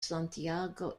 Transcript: santiago